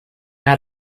out